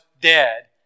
dead